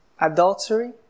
adultery